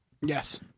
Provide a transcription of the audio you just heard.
Yes